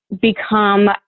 become